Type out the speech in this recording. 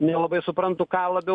nelabai suprantu ką labiau